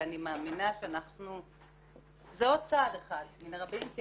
ואני מאמינה שזה עוד צעד אחד מני רבים, כי